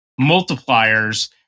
multipliers